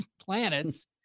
planets